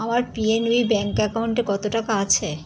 আমার PNB bank অ্যাকাউন্টে কত টাকা আছে